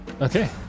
Okay